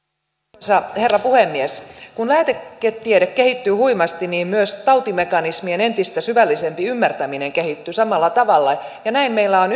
arvoisa herra puhemies kun lääketiede kehittyy huimasti niin myös tautimekanismien entistä syvällisempi ymmärtäminen kehittyy samalla tavalla ja näin meillä on